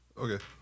Okay